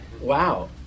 Wow